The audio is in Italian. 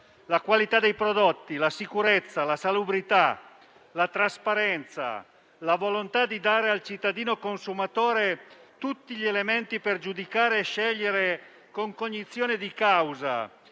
La qualità dei prodotti, la sicurezza, la salubrità, la volontà di dare al cittadino-consumatore tutti gli elementi per giudicare e scegliere con cognizione di causa